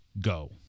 go